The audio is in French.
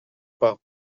pas